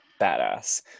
Badass